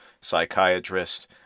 psychiatrist